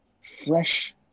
flesh